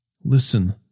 Listen